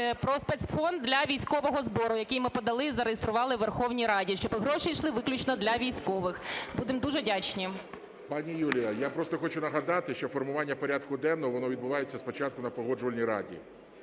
про спецфонд для військового збору, який ми подали і зареєстрували у Верховній Раді, щоб гроші йшли виключно для військових. Будемо дуже вдячні. ГОЛОВУЮЧИЙ. Пані Юлія, я просто хочу нагадати, що формування порядку денного, воно відбувається спочатку на Погоджувальній раді.